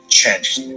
changed